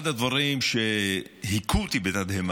כי לא הצלחתי לרשום במחשב